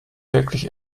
wirklich